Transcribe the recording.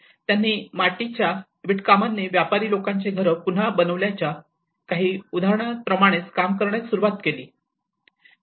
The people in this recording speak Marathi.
त्यांनी मातीच्या वीटकामांनी व्यापारी लोकांचे घर पुन्हा बनवल्याच्या काही उदाहरणांप्रमाणेच काम करण्यास सुरवात केली